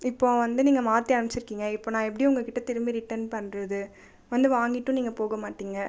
இப்போது வந்து நீங்கள் மாற்றி அனுப்பிச்சுருக்கீங்க இப்போது நான் எப்படி உங்கள் கிட்ட திரும்ப ரிட்டர்ன் பண்ணறது வந்து வாங்கிட்டும் நீங்கள் போக மாட்டீங்க